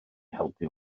helpu